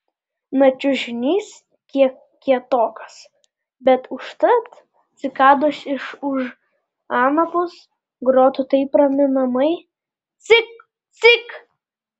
na čiužinys kiek kietokas bet užtat cikados iš už anapus grotų taip raminamai cik cik